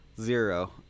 zero